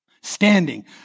standing